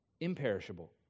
imperishable